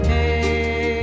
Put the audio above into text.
Hey